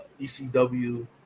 ECW